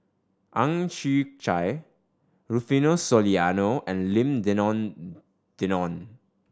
Ang Chwee Chai Rufino Soliano and Lim Denan Denon